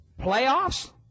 playoffs